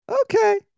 Okay